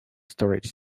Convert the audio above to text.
storage